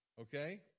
Okay